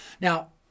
Now